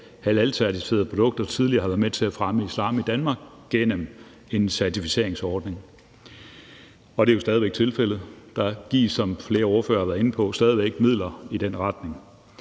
en certificeringsordning tidligere har været med til at fremme islam i Danmark, og det er jo stadig væk tilfældet – for der gives, som flere ordførere også har været inde på, stadig væk midler i den retning